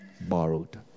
borrowed